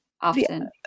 Often